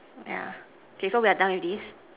yeah so we are done with this